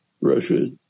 Russia